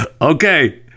Okay